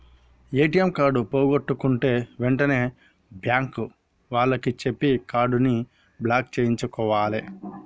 ATM card పోగొట్టుకుంటే వెంటనే bank వాళ్లకి చెప్పి కార్డుని బ్లాక్ చేయించుకోవాలే